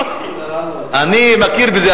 אני מכיר בזה.